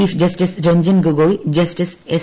chief justice Ranjan Gogoi justice S